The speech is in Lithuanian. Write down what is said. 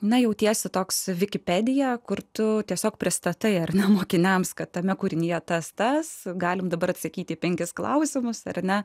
na jautiesi toks wikipedia kur tu tiesiog pristatai ar ne mokiniams kad tame kūrinyje tas tas galime dabar atsakyti į penkis klausimus ar ne